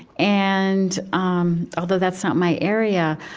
and um although that's not my area,